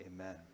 Amen